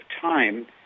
time